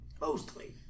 Mostly